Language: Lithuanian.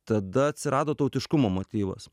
tada atsirado tautiškumo motyvas